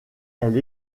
elle